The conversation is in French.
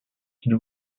qu’il